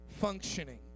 functioning